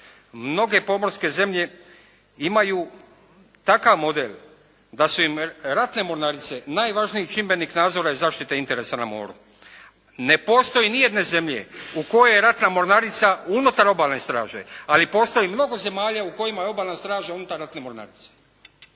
Mnoge pomorske zemlje imaju takav model da su im ratne mornarice najvažniji čimbenik nadzora i zaštite interesa na moru. Ne postoje ni jedne zemlje u kojoj je ratna mornarica unutar obalne straže, ali postoji mnogo zemalja u kojima je obalna straža unutar ratne mornarice.